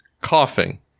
Coughing